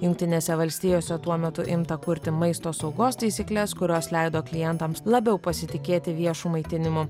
jungtinėse valstijose tuo metu imta kurti maisto saugos taisykles kurios leido klientams labiau pasitikėti viešu maitinimu